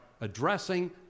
addressing